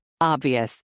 Obvious